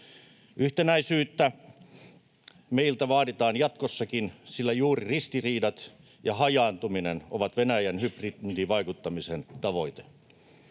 Yhtenäisyyttä meiltä vaaditaan jatkossakin, sillä juuri ristiriidat ja hajaantuminen ovat Venäjän hybridivaikuttamisen tavoite.